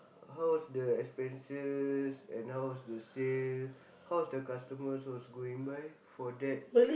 how was the expenses and how was the sale how was the customer was going by for that